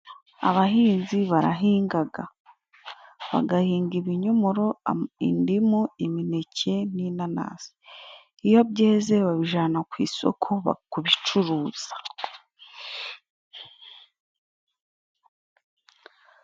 Abahinzi barahingaga , bagahinga; ibinyomoro ,indimu , imineke n'inanasi, iyo byeze babijyana ku isoko kubicuruza.